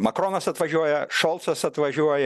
makronas atvažiuoja šolcas atvažiuoja